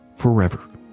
forever